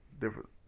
different